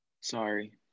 Sorry